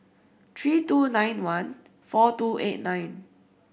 three two nine one four two eight nine